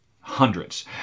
Hundreds